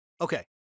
Okay